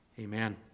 Amen